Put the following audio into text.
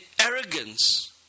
arrogance